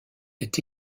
est